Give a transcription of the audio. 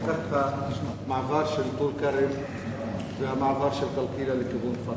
תיקח את המעבר של טול-כרם והמעבר של קלקיליה לכיוון כפר-קאסם.